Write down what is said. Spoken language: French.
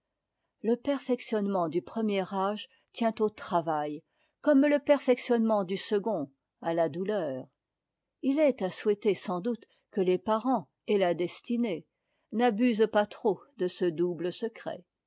le perfectionnement du premier âge tient au travail comme le perfectionnement du second à la douleur il est à souhaiter sans doute que les parents et la destinée n'abusent pas trop de ce double secret